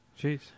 Jeez